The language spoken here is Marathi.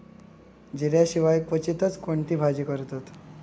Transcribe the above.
जिऱ्या शिवाय क्वचितच कोणती भाजी करतत